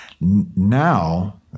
Now